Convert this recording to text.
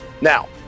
Now